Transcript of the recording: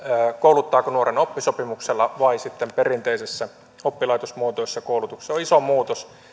kouluttaapa nuoren oppisopimuksella tai sitten perinteisessä oppilaitosmuotoisessa koulutuksessa se on iso muutos